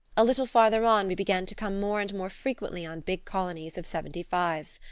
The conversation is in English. a little farther on we began to come more and more frequently on big colonies of seventy-fives.